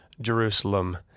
Jerusalem